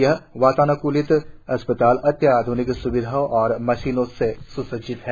यह वातान्कूलित अस्पताल अत्याध्निक स्विधाओं और मशीनों से स्सज्जित है